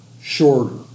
shorter